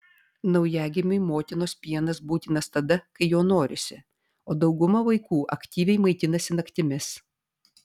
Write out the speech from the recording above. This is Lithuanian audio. naujagimiui motinos pienas būtinas tada kai jo norisi o dauguma vaikų aktyviai maitinasi naktimis